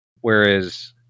whereas